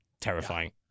Terrifying